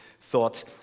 thoughts